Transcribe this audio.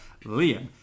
Liam